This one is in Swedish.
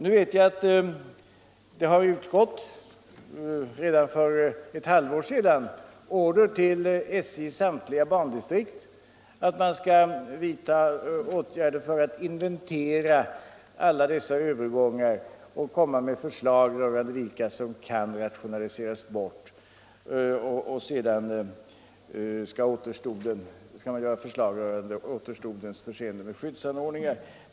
Nu vet jag att det redan för ett halvår sedan utgick order till SJ:s samtliga bandistrikt att vidta åtgärder för att inventera alla dessa övergångar och komma med förslag rörande vilka som kan rationaliseras bort. Sedan skall förslag framläggas om hur återstoden skall kunna förses med skyddsanordningar.